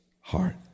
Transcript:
heart